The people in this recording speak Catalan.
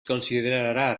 considerarà